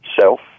self